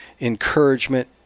encouragement